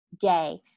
day